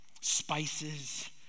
spices